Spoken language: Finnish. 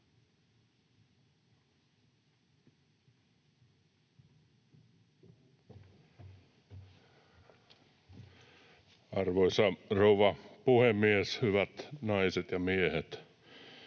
Arvoisa rouva puhemies! Hyvät naiset ja miehet!